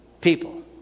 People